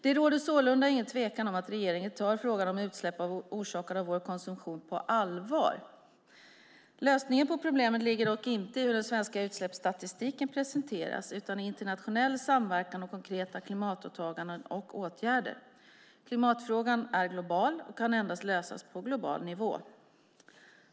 Det råder sålunda ingen tvekan om att regeringen tar frågan om utsläpp orsakade av vår konsumtion på allvar. Lösningen på problemet ligger dock inte i hur den svenska utsläppsstatistiken presenteras utan i internationell samverkan och konkreta klimatåtaganden och åtgärder. Klimatfrågan är global och kan endast lösas på global nivå.